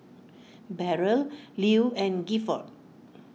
Beryl Lew and Gifford